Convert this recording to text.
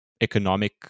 economic